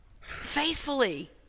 Faithfully